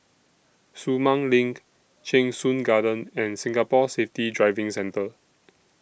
Sumang LINK Cheng Soon Garden and Singapore Safety Driving Centre